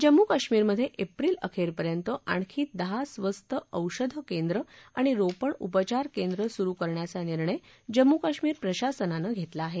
जम्मू काश्मीर मध्ये एप्रिल अखेरपर्यंत आणखी दहा स्वस्त औषधं केंद्र आणि रोपण उपचार केंद्र सुरू करण्याचा निर्णय जम्मू काश्मीर प्रशासनानं घेतला आहे